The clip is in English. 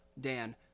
Dan